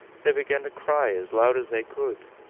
they began to cry as loud as they could.